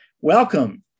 Welcome